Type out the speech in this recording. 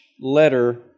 letter